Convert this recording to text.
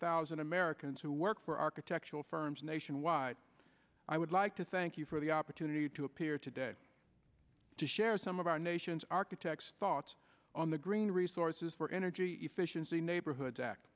thousand americans who work for architectural firms nationwide i would like to thank you for the opportunity to appear today to share some of our nation's architects thoughts on the green resources for energy efficiency neighborhoods act